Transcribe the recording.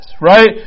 Right